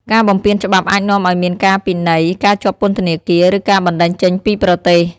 ការបំពានច្បាប់អាចនាំឱ្យមានការពិន័យ ការជាប់ពន្ធនាគារ ឬការបណ្តេញចេញពីប្រទេស។